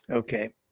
Okay